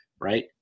right